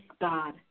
God